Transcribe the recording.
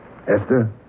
Esther